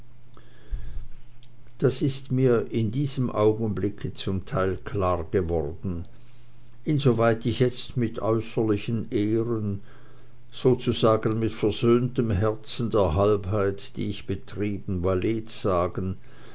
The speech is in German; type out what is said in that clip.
das ist mir in diesem augenblicke zum teil klargeworden insoweit ich jetzt mit äußerlichen ehren sozusagen mit versöhntem herzen der halbheit die ich betrieben valet sagen